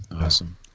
Awesome